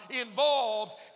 involved